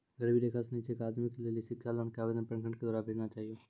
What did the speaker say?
गरीबी रेखा से नीचे के आदमी के लेली शिक्षा लोन के आवेदन प्रखंड के द्वारा भेजना चाहियौ?